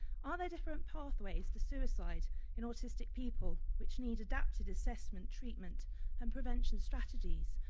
are there different pathways to suicide in autistic people which need adapted assessment, treatment and prevention strategic